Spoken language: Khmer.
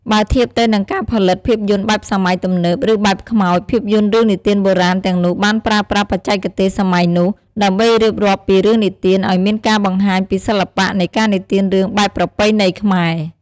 បើធៀបទៅនឹងការផលិតភាពយន្តបែបសម័យទំនើប ឬបែបខ្មោច ភាពយន្តរឿងនិទានបុរាណទាំងនោះបានប្រើប្រាស់បច្ចេកទេសសម័យនោះដើម្បីរៀបរាប់ពីរឿងនិទានឲ្យមានការបង្ហាញពីសិល្បៈនៃការនិទានរឿងបែបប្រពៃណីខ្មែរ។